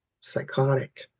psychotic